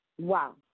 Wow